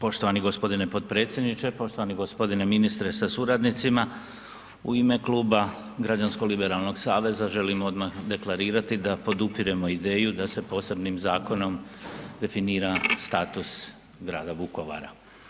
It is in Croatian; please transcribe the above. Poštovani gospodine potpredsjedničke, poštovani gospodine ministre sa suradnicima, u ime Kluba Građansko liberalnog saveza želim odmah deklarirati da podupiremo ideju da se posebnim zakonom definira status grada Vukovara.